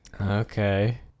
Okay